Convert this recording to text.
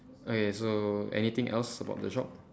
okay so anything else about the shop